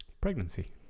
pregnancy